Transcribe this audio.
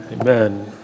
Amen